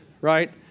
right